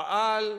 פעל,